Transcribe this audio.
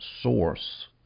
source